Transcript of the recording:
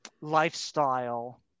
lifestyle